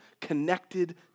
connected